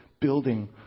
building